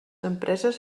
empreses